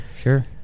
Sure